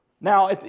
Now